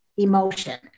emotion